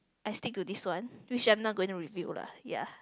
I stick to this one which I'm not going to reveal lah ya